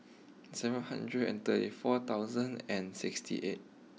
seven hundred and thirty four thousand and sixty eight